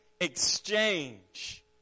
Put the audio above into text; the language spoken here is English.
exchange